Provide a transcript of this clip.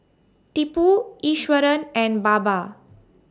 Tipu Iswaran and Baba